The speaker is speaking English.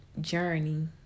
journey